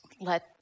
let